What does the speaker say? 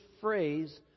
phrase